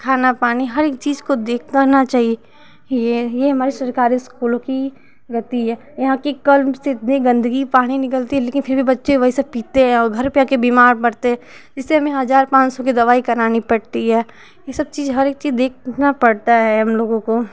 खाना पानी हरेक चीज़ को देखता रहना चाहिए ये ये हमारे सरकारी इस्कूलों कि गति है यहाँ कि कर्म से इतनी गंदगी पानी निकलती है लेकिन फिर भी बच्चे वही सब पीते हैं और घर पे आ कर बीमार पड़ते हैं जिससे हमें हज़ार पाँच सौ के दवा करानी पड़ती है इ सब चीज हरेक चीज देखना पड़ता है हम लोगों को